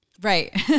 Right